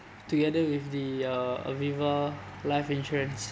together with the uh Aviva life insurance